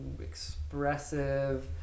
expressive